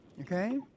Okay